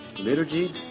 liturgy